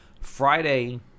Friday